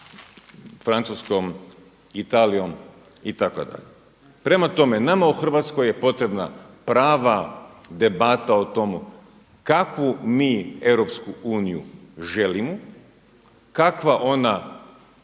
Francuskom, Italijom itd. Prema tome, nama u Hrvatskoj je potrebna prava debata o tome kakvu mi EU želimo, kakva ona